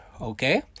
Okay